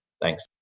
thanks.